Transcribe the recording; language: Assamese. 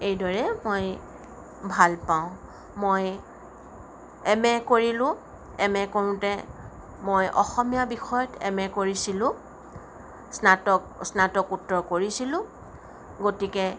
এইদৰে মই ভাল পাওঁ মই এম এ কৰিলোঁ এম এ কৰোঁতে মই অসমীয়া বিষয়ত এম এ কৰিছিলোঁ স্নাতক স্নাতকোত্তৰ কৰিছিলোঁ গতিকে